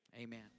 Amen